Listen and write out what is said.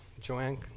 Joanne